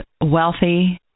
wealthy